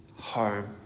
home